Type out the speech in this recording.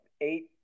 eight